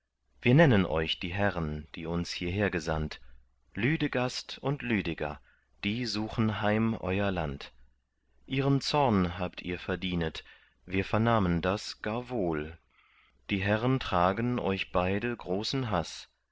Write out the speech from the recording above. wir nennen euch die herren die uns hierher gesandt lüdegast und lüdeger die suchen heim euer land ihren zorn habt ihr verdienet wir vernahmen das gar wohl die herren tragen euch beide großen haß